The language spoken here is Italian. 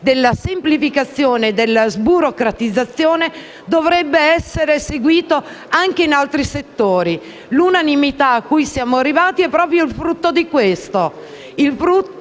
della semplificazione e della sburocratizzazione, dovrebbe essere seguito anche in altri settori. L'unanimità cui siamo arrivati è proprio il frutto della